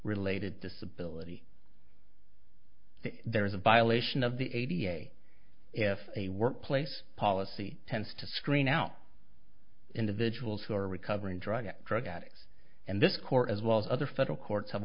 related disability there is a violation of the eighty eight if a workplace policy tends to screen out individuals who are recovering drug drug addicts and this court as well as other federal courts have